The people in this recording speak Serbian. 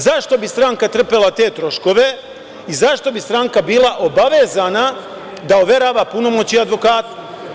Zašto bi stranka trpela te troškove i zašto bi stranka bila obavezana da overava punomoćje advokatu?